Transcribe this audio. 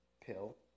pill